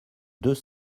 deux